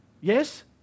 Yes